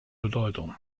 bedeutung